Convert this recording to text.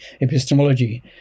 epistemology